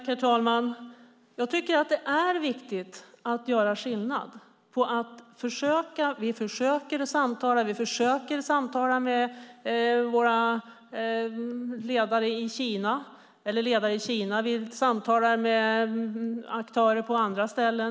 Herr talman! Jag tycker att det är viktigt att göra skillnad. Vi försöker att samtala med ledare i Kina och med aktörer på andra ställen.